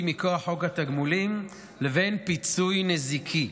פיצוי מכוח חוק התגמולים לבין פיצוי נזיקי,